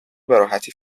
بهراحتی